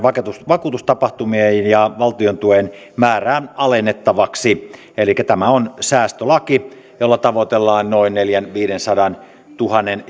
vakuutustapahtumien ja valtiontuen määrää alennettavaksi elikkä tämä on säästölaki jolla tavoitellaan noin neljänsadantuhannen viiva viidensadantuhannen